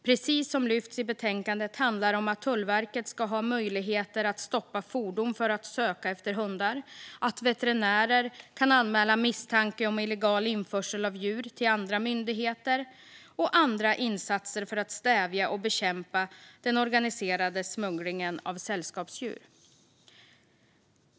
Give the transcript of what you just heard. Precis som har lyfts upp i betänkandet handlar det om att Tullverket ska ha möjligheter att stoppa fordon för att söka efter hundar, att veterinärer kan anmäla misstanke om illegal införsel av djur till andra myndigheter och andra insatser för att stävja och bekämpa den organiserade smugglingen av sällskapsdjur.